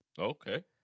Okay